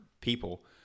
people